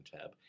tab